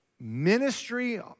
ministry